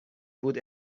بود